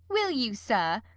will you, sir?